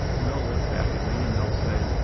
and they'll look back at me and they'll say,